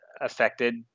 affected